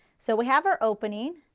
so we have our opening,